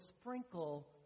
sprinkle